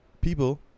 people